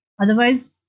Otherwise